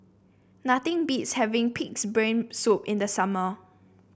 nothing beats having pig's brain soup in the summer